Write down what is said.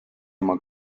oma